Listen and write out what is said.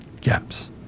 gaps